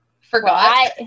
forgot